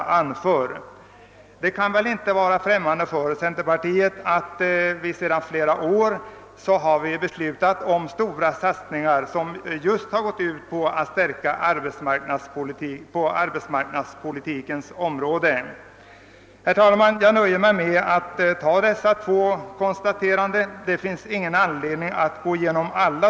Det kan väl inte heller vara främmande för centerpartiet att vi under flera år har beslutat om stora satsningar på arbetsmarknadspolitikens område. Jag skall nöja mig med dessa två exempel.